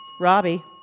Robbie